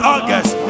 August